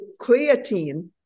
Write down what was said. creatine